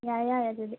ꯌꯥꯔꯦ ꯌꯥꯔꯦ ꯑꯗꯨꯗꯤ